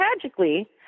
tragically